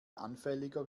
anfälliger